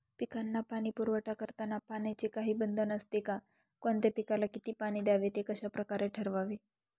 पिकांना पाणी पुरवठा करताना पाण्याचे काही बंधन असते का? कोणत्या पिकाला किती पाणी द्यावे ते कशाप्रकारे ठरवावे?